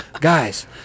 Guys